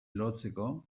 lotzeko